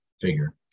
figure